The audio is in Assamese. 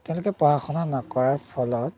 তেওঁলোকে পঢ়া শুনা নকৰাৰ ফলত